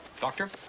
doctor